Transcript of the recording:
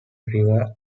river